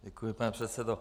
Děkuji, pane předsedo.